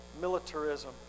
militarism